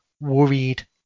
worried